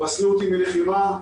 פסלו אותי מלחימה,